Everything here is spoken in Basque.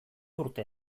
urte